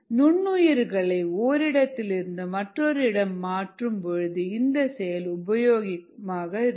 நுண்ணுயிர்களை ஓரிடத்திலிருந்து மற்றொரு இடம் மாற்றும் பொழுது இந்த செயல் உபயோகமாக இருக்கும்